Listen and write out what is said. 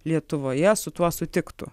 lietuvoje su tuo sutiktų